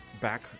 back